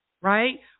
right